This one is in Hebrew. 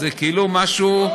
זה כאילו משהו,